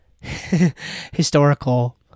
historical